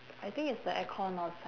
I think it's the aircon outside